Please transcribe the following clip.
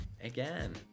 again